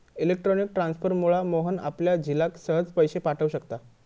electronic ट्रांसफरमुळा मोहन आपल्या झिलाक सहज पैशे पाठव शकता